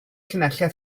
llinellau